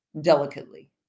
delicately